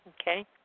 Okay